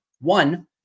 One